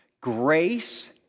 grace